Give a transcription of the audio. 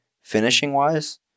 finishing-wise